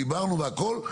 דיברנו והכל,